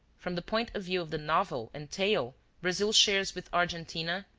from the point of view of the novel and tale brazil shares with argentina,